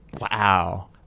Wow